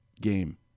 game